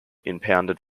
impounded